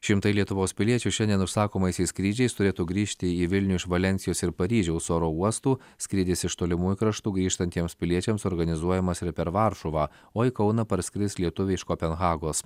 šimtai lietuvos piliečių šiandien užsakomaisiais skrydžiais turėtų grįžti į vilnių iš valensijos ir paryžiaus oro uostų skridys iš tolimųjų kraštų grįžtantiems piliečiams organizuojamas ir per varšuvą o į kauną parskris lietuviai iš kopenhagos